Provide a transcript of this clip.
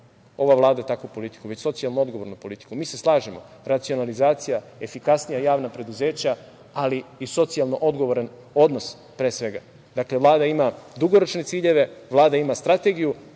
ova Vlada takvu politiku, već socijalno odgovornu politiku. Mi se slažemo, racionalizacija, efikasnija javna preduzeća, ali i socijalno odgovoran odnos, pre svega. Dakle, Vlada ima dugoročne ciljeve. Vlada ima strategiju.